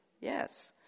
Yes